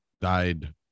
died